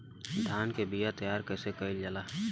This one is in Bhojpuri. धान के बीया तैयार कैसे करल जाई?